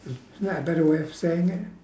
is that a better way of saying it